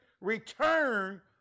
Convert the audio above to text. return